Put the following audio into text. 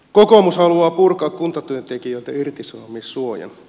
kokoomus haluaa purkaa kuntatyöntekijöiltä irtisanomissuojan